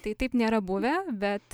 tai taip nėra buvę bet